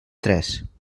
tres